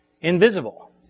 invisible